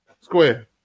square